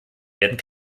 werden